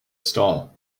stall